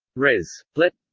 res. lett.